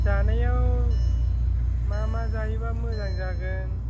जानायाव मा मा जायोबा मोजां जागोन